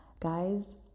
Guys